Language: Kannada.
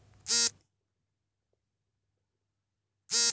ಕಳೆದ ತಿಂಗಳು ಟೊಮ್ಯಾಟೋ ಬೆಲೆ ಕ್ವಿಂಟಾಲ್ ಗೆ ಎಷ್ಟಿತ್ತು?